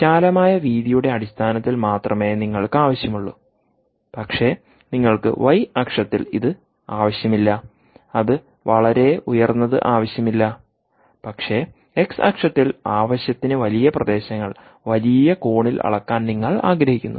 വിശാലമായ വീതിയുടെ അടിസ്ഥാനത്തിൽ മാത്രമേ നിങ്ങൾക്കാവശ്യമുള്ളൂ പക്ഷേ നിങ്ങൾക്ക് വൈ Y അക്ഷത്തിൽ ഇത് ആവശ്യമില്ല അത് വളരെ ഉയർന്നത് ആവശ്യമില്ല പക്ഷേ എക്സ് x അക്ഷത്തിൽ ആവശ്യത്തിന് വലിയ പ്രദേശങ്ങൾ വലിയ കോണിൽ അളക്കാൻ നിങ്ങൾ ആഗ്രഹിക്കുന്നു